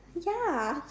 ya